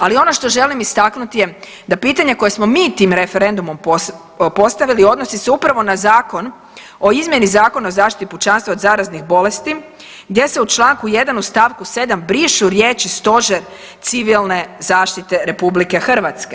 Ali ono što želim istaknuti je da pitanje koje smo mi tim referendumom postavili odnosi se upravo na Zakon o izmjeni Zakona o zaštiti pučanstva od zaraznih bolesti gdje se u članku 1. u stavku 7. brišu riječi Stožer civilne zaštite Republike Hrvatske.